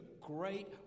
great